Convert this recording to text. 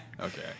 Okay